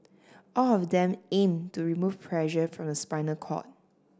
all of them aim to remove pressure from the spinal cord